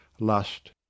lust